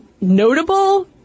notable